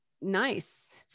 nice